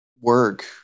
work